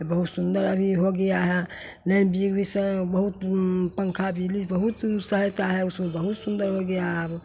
बहुत सुन्दर अभी हो गया है लाइन बिजली सब बहुत पन्खा बिजली बहुत सहायता है उसमें बहुत सुन्दर हो गया है अब